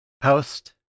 post